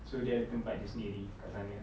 so dia ada tempat dia sendiri dekat sana